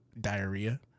diarrhea